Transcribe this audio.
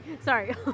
sorry